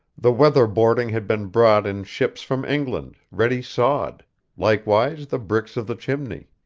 the weather boarding had been brought in ships from england, ready sawed likewise the bricks of the chimney.